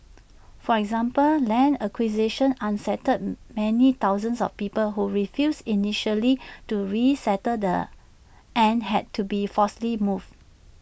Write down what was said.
for example land acquisition unsettled many thousands of people who refused initially to resettle the and had to be forcibly moved